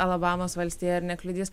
alabamos valstiją ar nekliudys